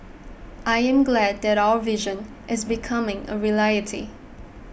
I am glad that our vision is becoming a reality